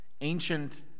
ancient